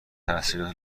تحصیلات